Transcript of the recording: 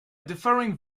differing